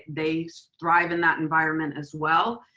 they thrive in that environment as well.